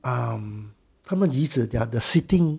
um 他们椅子 their the seating